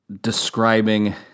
describing